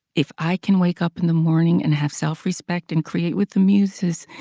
if i can wake up in the morning and have self-respect and create with the muses,